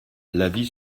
l’avis